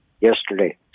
yesterday